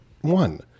one